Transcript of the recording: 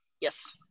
yes